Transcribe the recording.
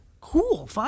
cool